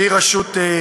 שהיא רשות כוללת.